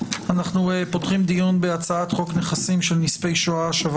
אנחנו פותחים דיון בהצעת חוק נכסים של נספי השואה (השבה